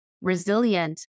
resilient